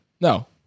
No